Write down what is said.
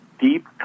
deep